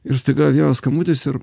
ir staiga vėl skambutis ir